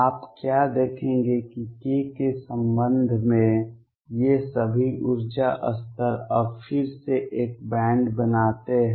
आप क्या देखेंगे कि k के संबंध में ये सभी ऊर्जा स्तर अब फिर से एक बैंड बनाते हैं